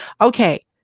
okay